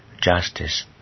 justice